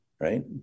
right